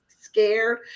scared